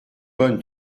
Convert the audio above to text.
bonne